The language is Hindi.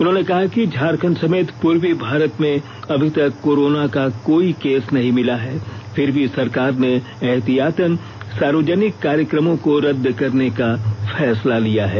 उन्होंने कहा है कि झारखंड समेत पूर्वी भारत में अभी तक कोरोना का कोई केस नहीं मिला है फिर भी सरकार ने एहतियातन सार्वजनिक कार्यकमों को रद्द करने का फैसला लिया है